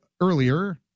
earlier